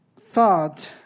thought